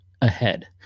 ahead